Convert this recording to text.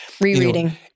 Rereading